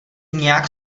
nějak